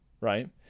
right